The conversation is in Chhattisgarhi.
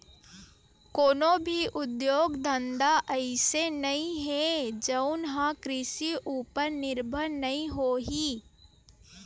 कोनो भी उद्योग धंधा अइसे नइ हे जउन ह कृषि उपर निरभर नइ होही